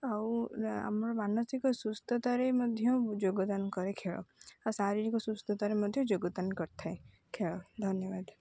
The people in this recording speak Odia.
ଆଉ ଆମର ମାନସିକ ସୁସ୍ଥତାରେ ମଧ୍ୟ ଯୋଗଦାନ କରେ ଖେଳ ଆଉ ଶାରୀରିକ ସୁସ୍ଥତାରେ ମଧ୍ୟ ଯୋଗଦାନ କରିଥାଏ ଖେଳ ଧନ୍ୟବାଦ